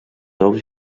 ous